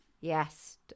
Yes